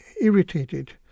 irritated